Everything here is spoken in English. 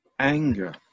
anger